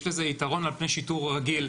יש לזה יתרון על פני השיטור הרגיל.